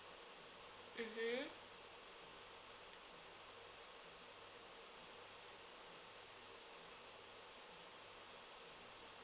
mmhmm